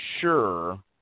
sure